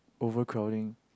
overcrowding